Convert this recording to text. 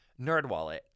NerdWallet